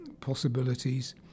Possibilities